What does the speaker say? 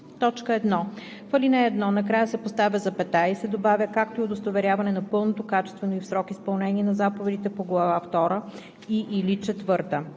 1. В ал. 1 накрая се поставя запетая и се добавя „както и удостоверяване на пълното, качествено и в срок изпълнение на заповедите по глава втора и/или